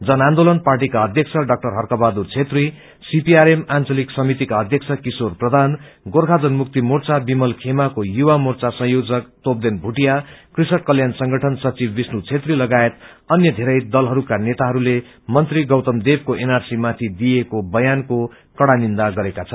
जन आन्दोलन पार्टीका अध्यक्ष डाक्टर हर्क बहादुर छेत्री सीपीआरएम आंचलिक समितिका अध्यक्ष किशोर प्रधान गोर्खा जन मुक्ति मोर्चा विमल खेमाको युवा मोर्चा संयोजक तोपदेन भूटिया कृषक कल्याण संगठन सचिव बिष्णु छेत्री लगायत अन्य धेरै दलहरूका नेताहरूले मंत्री गौतम देवको एनआरसी माथि दिइएको बयानको कड़ा निन्दा गरेका छन्